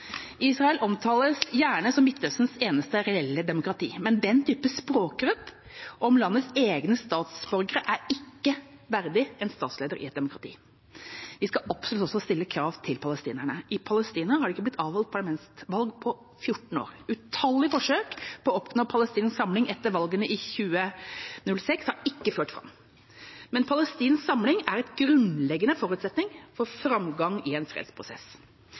Israel omtales gjerne som Midtøstens eneste reelle demokrati, men den typen språkbruk om landets egne statsborgere er ikke verdig en statsleder i et demokrati. Vi skal absolutt også stille krav til palestinerne. I Palestina er det ikke blitt avholdt parlamentsvalg på 14 år. Utallige forsøk på å oppnå palestinsk samling etter valgene i 2006 har ikke ført fram. Men palestinsk samling er en grunnleggende forutsetning for framgang i en fredsprosess.